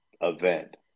event